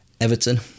Everton